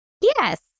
Yes